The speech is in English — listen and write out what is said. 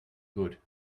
good